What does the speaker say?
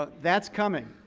ah that's coming.